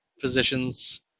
positions